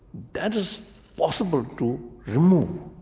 that is possible to remove,